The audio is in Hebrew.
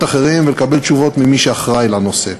אחרים ולקבל תשובות ממי שאחראי לנושא.